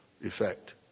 effect